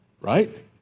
right